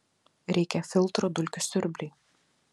reikia filtro dulkių siurbliui